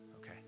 Okay